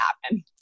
happen